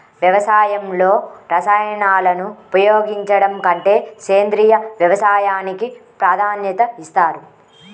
వ్యవసాయంలో రసాయనాలను ఉపయోగించడం కంటే సేంద్రియ వ్యవసాయానికి ప్రాధాన్యత ఇస్తారు